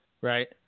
Right